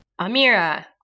Amira